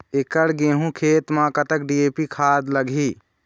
एकड़ गेहूं खेत म कतक डी.ए.पी खाद लाग ही?